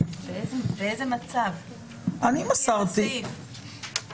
באותו אופן אני אוכל לבקש ממנו שייכנס לתיבת הדואר שלי,